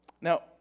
Now